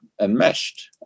enmeshed